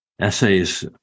essays